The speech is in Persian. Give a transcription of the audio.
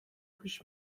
پیش